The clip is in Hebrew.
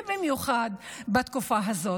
ובמיוחד בתקופה הזאת.